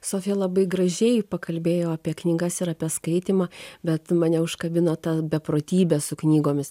sofija labai gražiai pakalbėjo apie knygas ir apie skaitymą bet mane užkabino ta beprotybė su knygomis